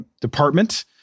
department